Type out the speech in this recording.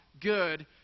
good